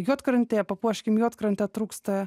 juodkrantėje papuoškim juodkrantę trūksta